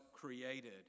created